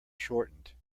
shortened